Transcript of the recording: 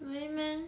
really meh